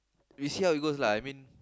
we see how it goes lah I mean